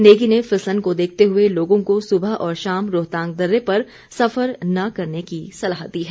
नेगी ने फिसलन को देखते हुए लोगों को सुबह और शाम रोहतांग दर्र पर सफर न करने की सलाह दी है